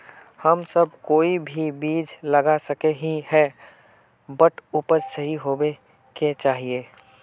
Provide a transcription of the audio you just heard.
हम सब कोई भी बीज लगा सके ही है बट उपज सही होबे क्याँ चाहिए?